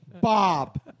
Bob